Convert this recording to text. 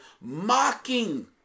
mocking